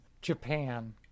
Japan